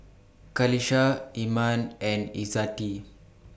Qalisha Iman and Izzati